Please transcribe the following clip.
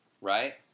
Right